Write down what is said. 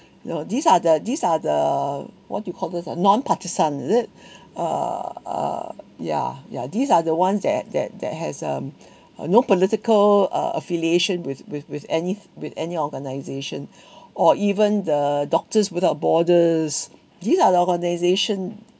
you know these are the these are the what do you call those uh non partisan is it uh uh ya ya these are the ones that that that has um uh no political uh affiliation with with with any with any organisation or even the doctors without borders these are organisation